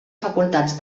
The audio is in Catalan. facultats